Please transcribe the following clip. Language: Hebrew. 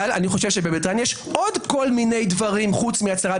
אבל בבריטניה יש עוד כל מיני דברים חוץ מהצהרת